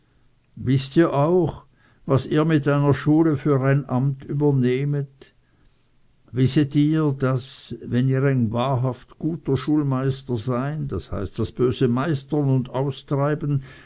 wißt ihr auch was ihr mit einer schule für ein amt übernehmet wisset ihr daß wenn ihr ein wahrhaft guter schulmeister sein das heißt das böse meistern und austreiben